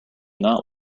not